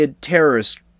terrorist